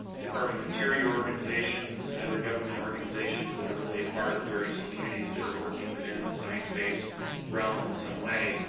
department of interior organizations, other government organizations that are really a part of the various communities that are working within sciencebase realm in some way,